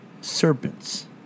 Serpents